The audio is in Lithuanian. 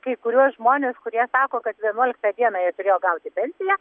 kai kuriuos žmones kurie sako kad vienuoliktą dieną jie turėjo gauti pensiją